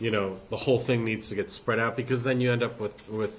you know the whole thing needs to get spread out because then you end up with with